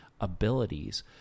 abilities